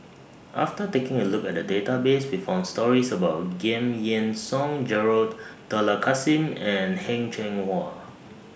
after taking A Look At The Database We found stories about Giam Yean Song Gerald Dollah Kassim and Heng Cheng Hwa